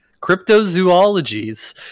Cryptozoologies